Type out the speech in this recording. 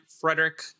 Frederick